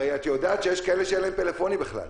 הרי את יודעת שיש כאלה שאין להם פלאפונים בכלל.